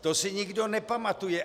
To si nikdo nepamatuje.